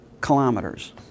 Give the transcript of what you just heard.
kilometers